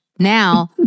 Now